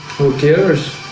who cares